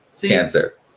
Cancer